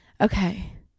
okay